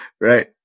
Right